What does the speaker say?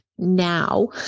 now